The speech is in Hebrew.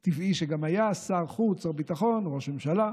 וזה טבעי שגם היה שר חוץ או הביטחון או ראש ממשלה,